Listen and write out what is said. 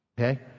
Okay